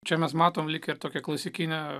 čia mes matom lyg ir tokią klasikinę